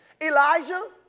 Elijah